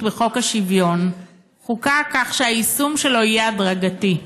בחוק השוויון חוקק כך שהיישום שלו יהיה הדרגתי?